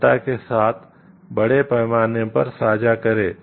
जनता के साथ बड़े पैमाने पर साझा करें